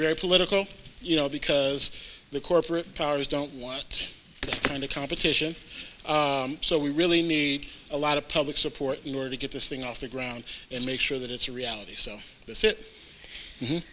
very political you know because the corporate powers don't want the kind of competition so we really need a lot of public support in order to get this thing off the ground and make sure that it's a reality so